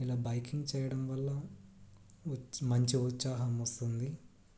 ఇలా బైకింగ్ చేయడం వల్ల ఉత్సా మంచి ఉత్సాహం వస్తుంది